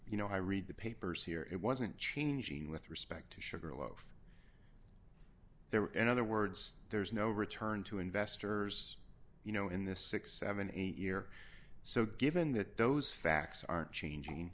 you know i read the papers here it wasn't changing with respect to sugarloaf there in other words there's no return to investors you know in the six hundred and seventy eight year so given that those facts aren't changing